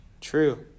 True